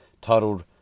titled